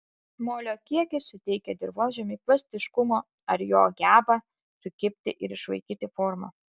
molio kiekis suteikia dirvožemiui plastiškumo ar jo gebą sukibti ar išlaikyti formą